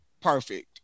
perfect